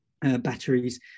batteries